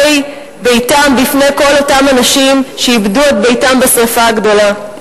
בתיהם בפני כל אותם אנשים שאיבדו את ביתם בשרפה הגדולה.